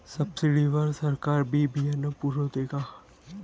Subsidy वर सरकार बी बियानं पुरवते का?